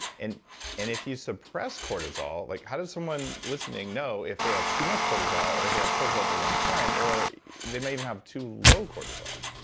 and and if you suppress cortisol. like how does someone listening know if they have too much cortisol or if they have cortisol at the wrong time? or they may even have too low cortisol?